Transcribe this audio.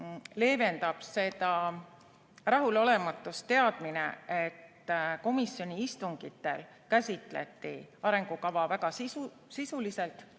leevendab seda rahulolematust teadmine, et komisjoni istungitel käsitleti arengukava väga sisuliselt,